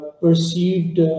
perceived